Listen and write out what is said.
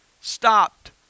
stopped